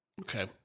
Okay